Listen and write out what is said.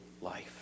life